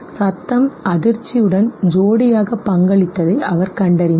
சத்தம் அதிர்ச்சியுடன் ஜோடியாக பங்களித்ததை அவர் கண்டறிந்தார்